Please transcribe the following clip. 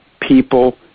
people